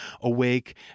awake